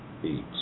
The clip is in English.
Beats